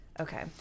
Okay